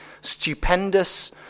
stupendous